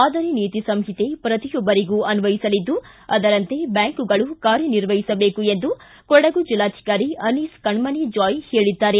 ಮಾದರಿ ನೀತಿ ಸಂಹಿತೆ ಪ್ರತಿಯೊಬ್ಬರಿಗೂ ಅನ್ವಯಿಸಲಿದ್ದು ಅದರಂತೆ ಬ್ಯಾಂಕುಗಳು ಕಾರ್ಯ ನಿರ್ವಹಿಸಬೇಕು ಎಂದು ಕೊಡಗು ಜಿಲ್ಲಾಧಿಕಾರಿ ಅನೀಸ್ ಕಣ್ಣಣಿ ಜಾಯ್ ಹೇಳಿದ್ದಾರೆ